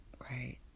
Right